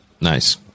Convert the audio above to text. Nice